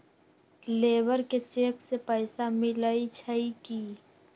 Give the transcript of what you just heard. Labour के cheque से पैसा मिलई छई कि?